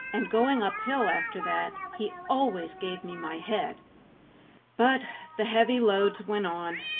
and going uphill after that, he always gave me my head but the heavy loads went on.